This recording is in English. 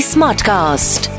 Smartcast